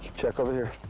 check over here.